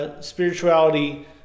spirituality